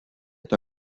est